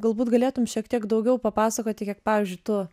galbūt galėtum šiek tiek daugiau papasakoti kiek pavyzdžiui tu